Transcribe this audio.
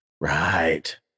right